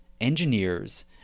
engineers